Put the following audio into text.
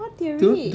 what do you read